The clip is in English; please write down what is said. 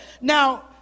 Now